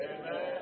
Amen